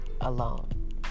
alone